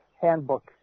handbook